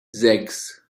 sechs